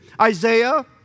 Isaiah